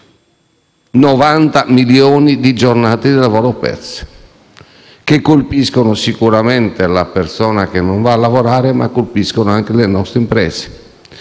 90 milioni di giornate di lavoro perse, che colpiscono sicuramente la persona che non va a lavorare, ma colpiscono anche le nostre imprese.